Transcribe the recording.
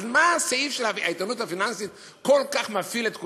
אז מה הסעיף של האיתנות הפיננסית כל כך מפעיל את כולם?